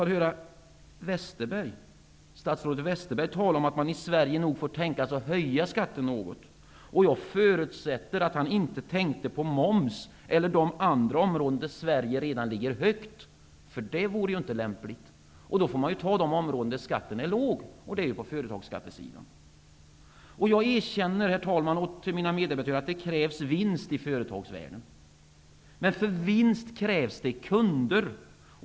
Då hörde jag statsrådet Westerberg tala om att man nog fick tänka sig att höja skatten något i Sverige. Jag förutsätter att han då inte tänkte på moms eller andra områden där Sverige redan ligger högt -- det vore ju inte lämpligt -- utan de områden där skatten är låg, dvs. på företagsskattesidan. Jag erkänner att det krävs vinst i företagsvärlden. Men för vinst krävs det kunder.